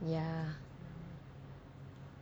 ya